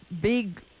big